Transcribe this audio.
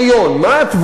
מה התבונה?